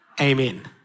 Amen